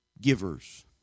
givers